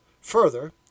Further